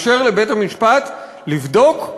לאפשר לבית-המשפט לבדוק,